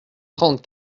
trente